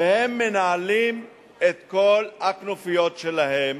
והם מנהלים את כל הכנופיות שלהם,